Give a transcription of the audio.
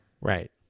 Right